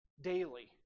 daily